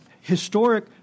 historic